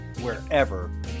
wherever